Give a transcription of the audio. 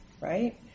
right